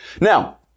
Now